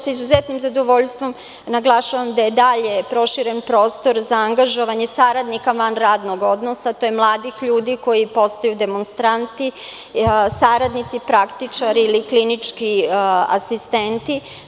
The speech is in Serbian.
Sa izuzetnim zadovoljstvom naglašavam da je proširen prostor za angažovanje saradnika van radnog odnosa, mladih ljudi koji postaju demonstranti, saradnici, praktičari ili klinički asistenti.